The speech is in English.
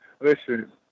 listen